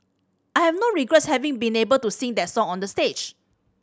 I have no regrets having been able to sing that song on that stage